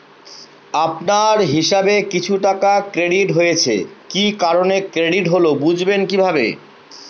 আপনার হিসাব এ কিছু টাকা ক্রেডিট হয়েছে কি কারণে ক্রেডিট হল বুঝবেন কিভাবে?